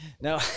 No